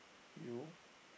you